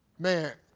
man,